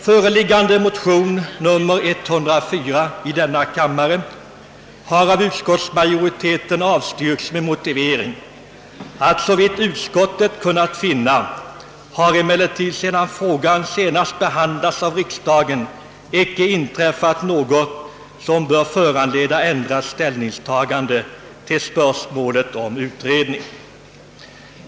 Föreliggande motion nr 104 i denna kammare har av utskottsmajoriteten avstyrkts med motivering »att såvitt utskottet kunnat finna har emellertid sedan frågan senast behandlats av riksdagen icke inträffat något som bör föranleda ändrat ställningstagande = till spörsmålet om utredning».